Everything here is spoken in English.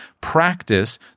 Practice